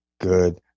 good